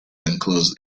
enclosed